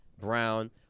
Brown